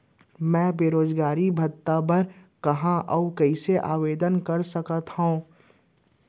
मैं बेरोजगारी भत्ता बर कहाँ अऊ कइसे आवेदन कर सकत हओं?